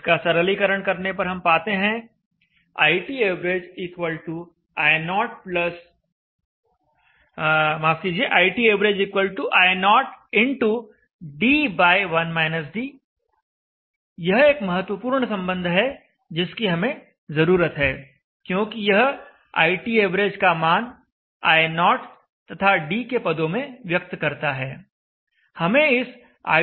इसका सरलीकरण करने पर हम पाते हैं iTav i0x d यह एक महत्वपूर्ण संबंध है जिसकी हमें जरूरत है क्योंकि यह iTav का मान i0 तथा d के पदों में व्यक्त करता है